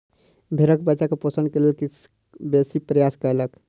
भेड़क बच्चा के पोषण के लेल कृषक बेसी प्रयास कयलक